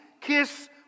kiss